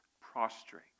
prostrate